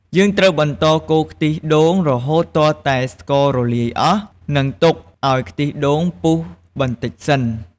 យើងត្រូវបន្តកូរខ្ទិះដូងរហូតទាល់តែស្កររលាយអស់ និងទុកឱ្យខ្ទិះដូងពុះបន្តិចសិន។